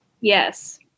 Yes